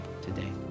today